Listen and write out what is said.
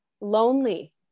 lonely